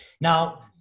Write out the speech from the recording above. Now